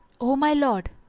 o my lord,